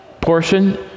portion